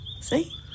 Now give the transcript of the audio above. See